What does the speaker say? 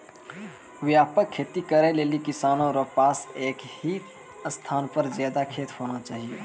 व्यापक खेती करै लेली किसानो रो पास एक ही स्थान पर ज्यादा खेत होना चाहियो